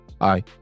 hi